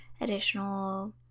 additional